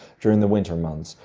during the winter months.